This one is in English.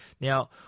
Now